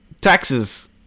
taxes